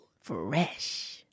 fresh